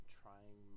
trying